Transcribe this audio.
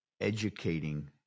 educating